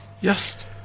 Yes